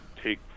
take